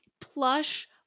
plush